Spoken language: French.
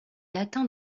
latin